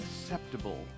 acceptable